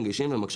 לסיכום,